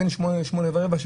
בין שמונה לשמונה ורבע,